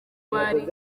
bari